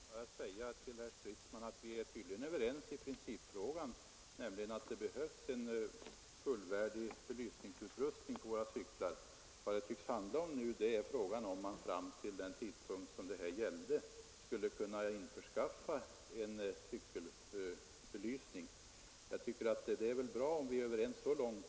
Herr talman! Jag vill säga till herr Stridsman att vi tydligen är överens i principfrågan. Vi är alltså överens om att det behövs en fullvärdig belysningsutrustning på våra cyklar. Vad det tycks handla om nu är frågan om man fram till den tidpunkt då bestämmelsen träder i kraft skall kunna införskaffa en cykelbelysning. Det är väl bra om vi är överens så långt.